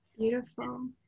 Beautiful